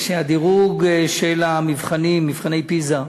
-- שהדירוג של המבחנים, מבחני פיז"ה,